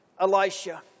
Elisha